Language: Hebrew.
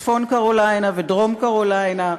צפון-קרוליינה ודרום-קרוליינה.